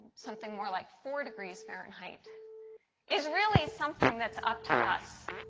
something more like four degrees fahrenheit is really something that is up to us.